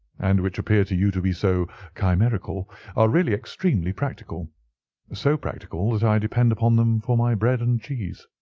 and which appear to you to be so chimerical are really extremely practical so practical that i depend upon them for my bread and cheese.